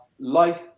life